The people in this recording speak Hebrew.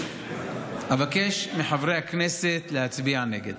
אבקש מחברי הכנסת להצביע נגד.